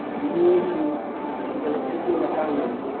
ꯃꯤꯑꯣꯏꯁꯤꯡ ꯍꯦꯟꯒꯠꯂꯛꯄꯒꯤ ꯃꯇꯥꯡꯗꯗꯤ